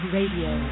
Radio